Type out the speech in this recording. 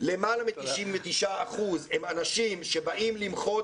למעלה מ-99% הם אנשים שבאים למחות,